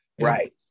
Right